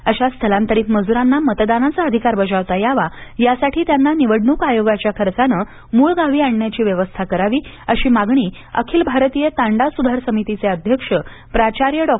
अशा स्थलांतरित मज्रांना मतदानाचा अधिकार बजावता यावा यासाठी त्यांना निवडणक आयोगाच्या खर्दानं मळ गावी आणण्याची व्यवस्था करावी अशी मागणी अखिल भारतीय तांडा सुधार समितीचे अध्यक्ष प्राचार्य डॉ